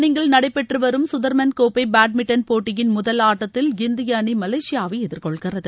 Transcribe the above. சீனாவின் நன்னிங்கில் நடைபெற்று வரும் குதர்மன் கோப்பை பேட்மிண்டன் போட்டியின் முதல் ஆட்டத்தில் இந்திய அணி மலேசியாவை எதிர்கொள்கிறது